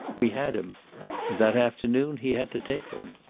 we had him. and that afternoon he had to take them.